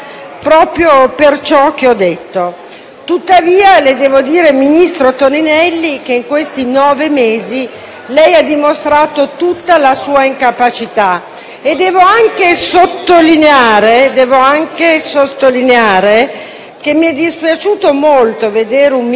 Tuttavia, le devo dire, ministro Toninelli, che in questi nove mesi lei ha dimostrato tutta la sua incapacità. E devo anche sottolineare che mi è dispiaciuto molto vedere un Ministro del MoVimento 5 Stelle